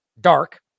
dark